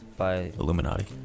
Illuminati